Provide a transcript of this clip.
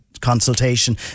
consultation